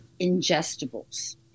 ingestibles